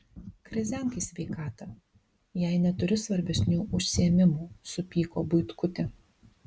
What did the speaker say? krizenk į sveikatą jei neturi svarbesnių užsiėmimų supyko buitkutė